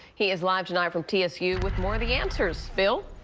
he is live tonight from t s you with more the answers bill.